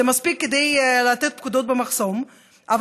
זה מספיק כדי לתת פקודות במחסום אבל